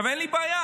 אין לי בעיה,